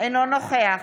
אינו נוכח